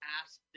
ask